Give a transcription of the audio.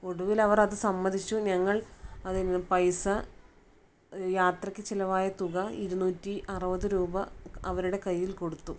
ഒടുവിൽ അവർ അത് സമ്മതിച്ചു ഞങ്ങൾ അത് ഒന്ന് പൈസ യാത്രക്ക് ചിലവായ തുക ഇരുന്നൂറ്റി അറുപത് രൂപ അവരുടെ കൈയിൽ കൊടുത്തു